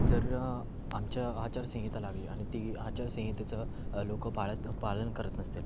जर आमाच्या आचारसंहिता लागली आणि ती आचारसंहितेचं लोकं पाळत पालन करत नसतील